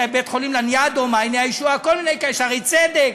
בית-חולים לניאדו, "מעייני הישועה", "שערי צדק".